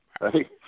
right